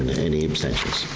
and any abstentions?